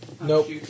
Nope